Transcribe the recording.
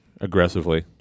aggressively